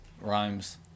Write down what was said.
Rhymes